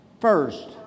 first